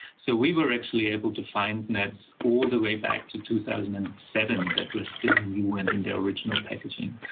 so we were actually able to find nets all the way back to two thousand and seven that were still new and in their original packaging,